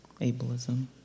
Ableism